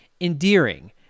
endearing